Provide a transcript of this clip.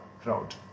crowd